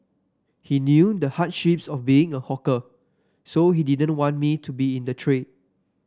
he knew the hardships of being a hawker so he didn't want me to be in the trade